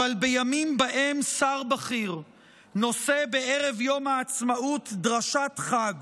אבל בימים שבהם שר בכיר נושא בערב יום העצמאות דרשת חג